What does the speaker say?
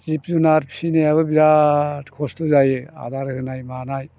जिब जुनार फिसिनायाबो बिराद खस्थ' जायो आदार होनाय मानाय